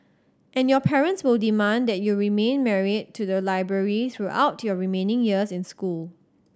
and your parents will demand that you remain married to the library throughout your remaining years in school